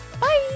Bye